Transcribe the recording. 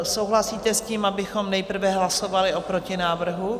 Souhlasíte s tím, abychom nejprve hlasovali o protinávrhu?